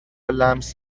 لمس